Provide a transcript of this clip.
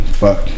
fuck